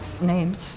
names